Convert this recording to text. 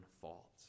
fault